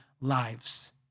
lives